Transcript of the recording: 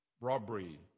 robbery